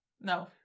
No